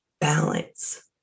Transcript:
balance